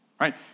right